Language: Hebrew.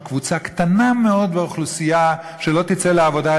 קבוצה קטנה מאוד באוכלוסייה שלא תצא לעבודה,